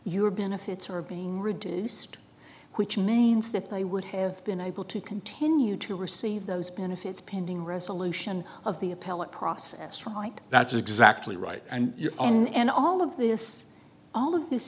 your benefits are being reduced which means that they would have been able to continue to receive those benefits pending resolution of the appellate process right that's exactly right and your own and all of this all of this